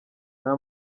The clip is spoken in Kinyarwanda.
nta